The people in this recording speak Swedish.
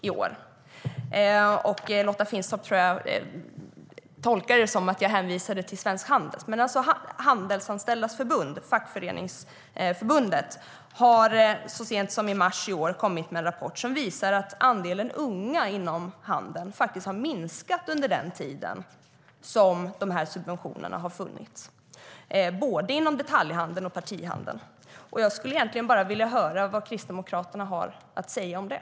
Jag tror att Lotta Finstorp tolkade det som att jag hänvisade till Svensk Handel, menar jag menade alltså fackföreningen Handelsanställdas förbund. Handels har så sent som i mars i år kommit med en rapport som visar att andelen unga inom handeln faktiskt har minskat under den tid då de här subventionerna har funnits inom både detaljhandeln och partihandeln. Jag skulle egentligen bara vilja höra vad Kristdemokraterna har att säga om det.